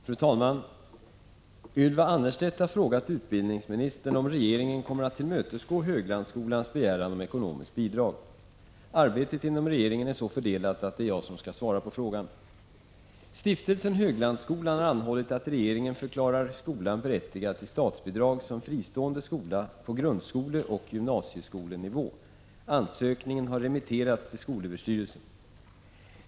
Fru talman! Ylva Annerstedt har frågat utbildningsministern om regeringen kommer att tillmötesgå Höglandsskolans begäran om ekonomiskt bidrag. Arbetet inom regeringen är så fördelat att det är jag som skall svara på frågan. Stiftelsen Höglandsskolan har anhållit att regeringen förklarar Höglandsskolan berättigad till statsbidrag som fristående skola på grundskoleoch gymnasieskolenivå. Ansökningen har remitterats till skolöverstyrelsen.